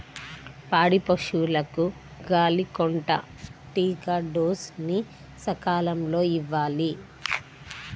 పాడి పశువులకు గాలికొంటా టీకా డోస్ ని సకాలంలో ఇవ్వాలి